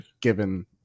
Given